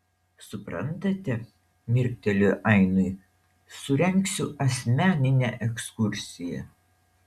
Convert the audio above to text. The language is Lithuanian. suprantate mirktelėjo ainui surengsiu asmeninę ekskursiją